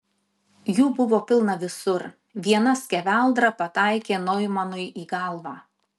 jų buvo pilna visur viena skeveldra pataikė noimanui į galvą